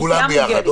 כולם ביחד.